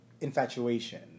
infatuation